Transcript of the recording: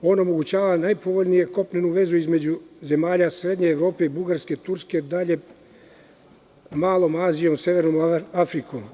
On omogućava najpovoljniju kopnenu vezu između zemalja srednje Evrope, Bugarske, Turske, Malom Azijom, severnom Afrikom.